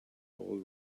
all